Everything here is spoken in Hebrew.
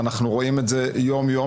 ואנחנו רואים את זה יום-יום,